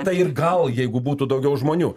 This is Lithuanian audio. tai ir gal jeigu būtų daugiau žmonių